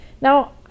now